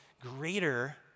greater